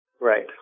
Right